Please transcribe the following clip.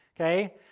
okay